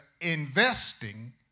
investing